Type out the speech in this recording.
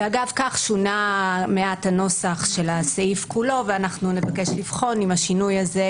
אגב כך שונה מעט הנוסח של הסעיף כולו ואנחנו נבקש לבחון אם השינוי הזה,